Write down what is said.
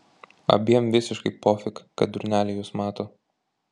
abiem visiškai pofik kad durneliai juos mato